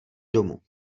domů